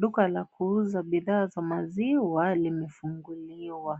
Duka la kuuza bidhaa ya maziwa limefunguliwa,